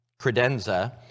credenza